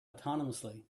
autonomously